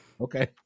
Okay